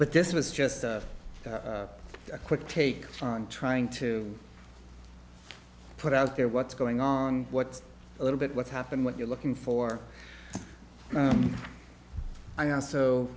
but this was just a quick take on trying to put out there what's going on what's a little bit what happened what you're looking for i also